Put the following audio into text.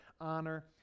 honor